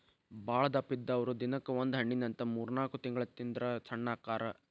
ಬಾಳದಪ್ಪ ಇದ್ದಾವ್ರು ದಿನಕ್ಕ ಒಂದ ಹಣ್ಣಿನಂತ ಮೂರ್ನಾಲ್ಕ ತಿಂಗಳ ತಿಂದ್ರ ಸಣ್ಣ ಅಕ್ಕಾರ